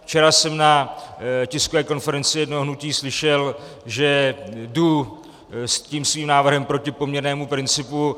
Včera jsem na tiskové konferenci jednoho hnutí slyšel, že jdu s tím svým návrhem proti poměrnému principu.